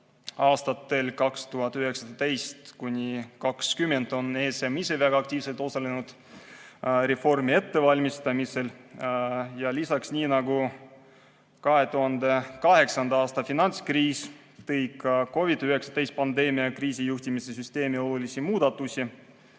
Aastatel 2019–2020 on ESM ise väga aktiivselt osalenud reformi ettevalmistamisel. Ja lisaks, nii nagu 2008. aasta finantskriis tõi ka COVID-19 pandeemia kriisijuhtimise süsteemi olulisi muudatusi. Euroopa